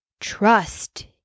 trust